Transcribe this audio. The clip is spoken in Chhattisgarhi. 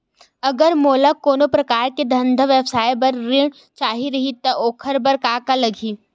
अगर मोला कोनो प्रकार के धंधा व्यवसाय पर ऋण चाही रहि त ओखर बर का का लगही?